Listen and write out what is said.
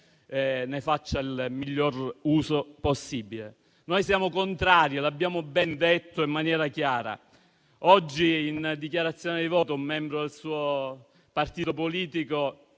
ne faccia il miglior uso possibile. Noi siamo contrari, l'abbiamo detto in maniera chiara. Oggi in dichiarazione di voto un membro del suo partito politico